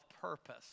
purpose